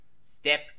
Step